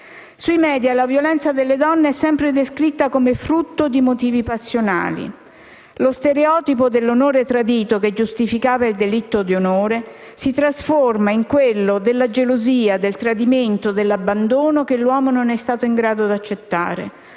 Sui *media* la violenza sulle donne è sempre descritta come frutto di motivi passionali. Lo stereotipo dell'onore tradito, che giustificava il diritto d'onore, si trasforma in quello della gelosia, del tradimento, dell'abbandono che l'uomo non è stato in grado di accettare.